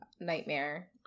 Nightmare